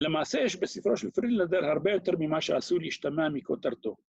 למעשה יש בספרו של פרידלנדר הרבה יותר ממה שעשוי להשתמע מכותרתו.